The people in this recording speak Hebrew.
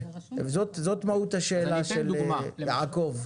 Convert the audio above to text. זאת מהות השאלה של יעקב.